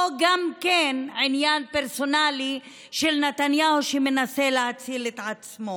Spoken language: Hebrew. או גם כן עניין פרסונלי של נתניהו שמנסה להציל את עצמו.